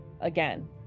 again